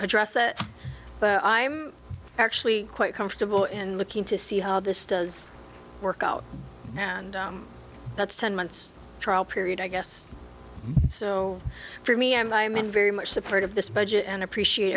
address it but i'm actually quite comfortable in looking to see how this does work out and that's ten months trial period i guess so for me and i'm in very much support of this budget and appreciate